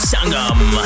Sangam